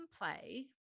play